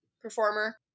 performer